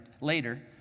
later